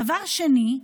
דבר שני,